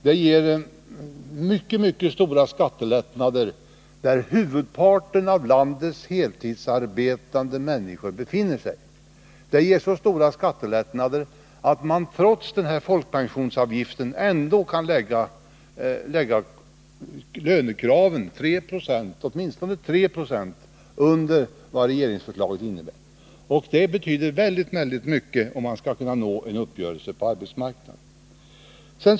Det ger mycket, mycket stora skattelättnader i de inkomstlägen där huvudparten av landets heltidsarbetande människor befinner sig. Det ger så stora skattelättnader att man trots folkpensionsavgiften kan lägga lönekraven åtminstone 3 70 under vad regeringsförslaget innebär, och det betyder väldigt mycket för att man skall kunna nå en uppgörelse på arbetsmarknaden.